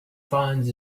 finds